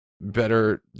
better